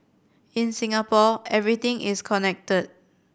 in Singapore everything is connected